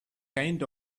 kind